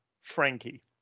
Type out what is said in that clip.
frankie